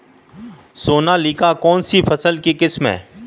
सोनालिका कौनसी फसल की किस्म है?